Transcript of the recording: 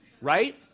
Right